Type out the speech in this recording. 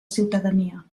ciutadania